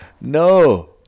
No